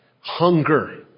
hunger